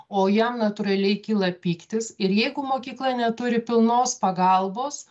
o jam natūraliai kyla pyktis ir jeigu mokykla neturi pilnos pagalbos